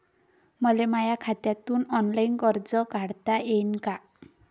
मले माया खात्यातून ऑनलाईन कर्ज काढता येईन का?